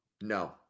No